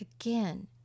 Again